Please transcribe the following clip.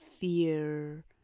fear